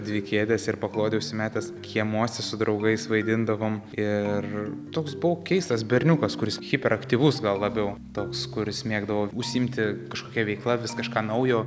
dvi kėdes ir paklodę užsimetęs kiemuose su draugais vaidindavom ir toks buvau keistas berniukas kuris hiperaktyvus gal labiau toks kuris mėgdavo užsiimti kažkokia veikla vis kažką naujo